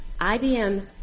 ibm